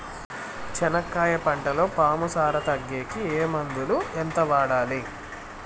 చెనక్కాయ పంటలో పాము సార తగ్గేకి ఏ మందులు? ఎంత వాడాలి?